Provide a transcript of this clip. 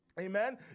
Amen